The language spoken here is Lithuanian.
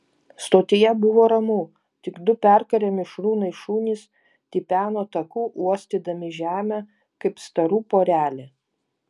stotyje buvo ramu tik du perkarę mišrūnai šunys tipeno taku uostydami žemę kaip starų porelė